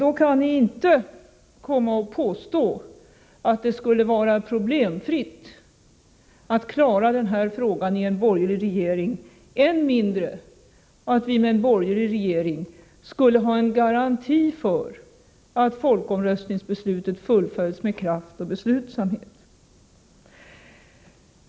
Då kan ni inte, Karl Björzén, komma och påstå att det skulle vara problemfritt att klara den här frågan i en borgerlig regering, än mindre att vi med en borgerlig regering skulle ha en garanti för att folkomröstningsresultatet fullföljs med kraft och beslutsamhet.